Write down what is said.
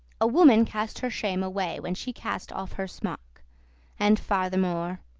a woman cast her shame away when she cast off her smock and farthermo',